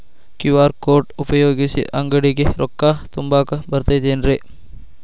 QR code ಉಪಯೋಗಿಸಿ, ಅಂಗಡಿಗೆ ರೊಕ್ಕಾ ತುಂಬಾಕ್ ಬರತೈತೇನ್ರೇ?